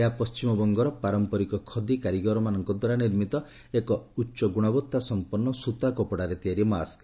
ଏହା ପଶ୍ଚିମବଙ୍ଗର ପାରମ୍ପରିକ ଖଦି କାରିଗରମାନଙ୍କ ଦ୍ୱାରା ନିର୍ମିତ ଏକ ଉଚ୍ଚ ଗୁଣବତ୍ତା ସମ୍ପନ୍ନ ସୂତା କପଡାରେ ତିଆରି ମାସ୍କ